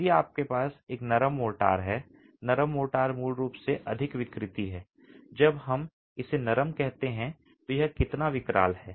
यदि आपके पास एक नरम मोर्टार है नरम मोर्टार मूल रूप से अधिक विकृति है जब हम इसे नरम कहते हैं तो यह कितना विकराल है